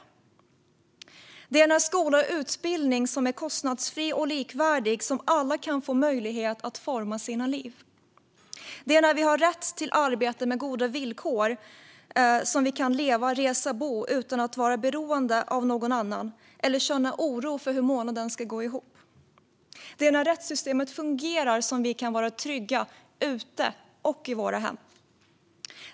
Det är när skola och utbildning är kostnadsfri och likvärdig som alla kan få möjlighet att forma sina liv. Det är när vi har rätt till arbete med goda villkor som vi kan leva, resa och bo utan att vara beroende av någon annan eller känna oro för hur månaden ska gå ihop. Det är när rättssystemet fungerar som vi kan vara trygga ute och i våra hem.